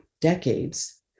decades